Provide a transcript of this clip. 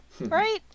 right